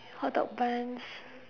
hot dog buns